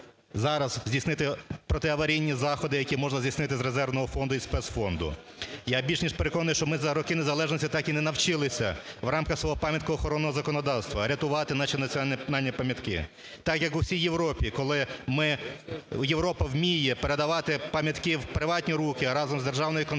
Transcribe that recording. зараз здійснити протиаварійні заходи, які можна здійснити з резервного фонду і спецфонду. Я більш ніж переконаний, що ми за роки незалежності так і не навчилися в рамках свого пам'яткоохоронного законодавства рятувати наші національні пам'ятки. Так як у всій Європі, коли ми... Європа вміє передавати пам'ятки в приватні руки, разом з державною концесією